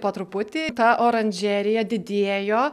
po truputį ta oranžerija didėjo